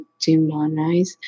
demonize